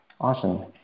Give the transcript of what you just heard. Awesome